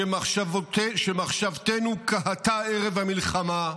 שמחשבתנו כהתה ערב המלחמה,